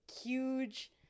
huge